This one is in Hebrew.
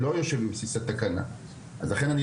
העניין הזה של התוספת לבסיס התקציב לא יושב בבסיס התקנה ולכן אין